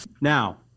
Now